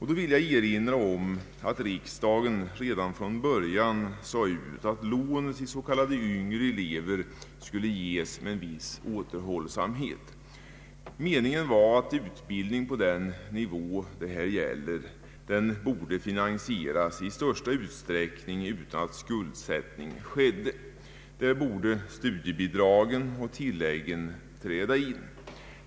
Jag vill erinra om att riksdagen redan från början uttalade att lån till yngre elever skulle ges med en viss återhållsamhet. Meningen är att utbildning på den nivå som det här gäller bör finansieras i största utsträckning utan att skuldsättning sker. Där bör studiebidragen och tilläggen träda in.